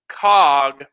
cog